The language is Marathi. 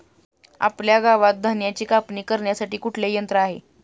आपल्या गावात धन्याची कापणी करण्यासाठी कुठले यंत्र आहे?